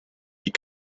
wie